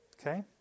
Okay